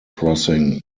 crossing